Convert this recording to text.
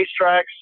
racetracks